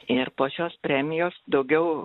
ir po šios premijos daugiau